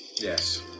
Yes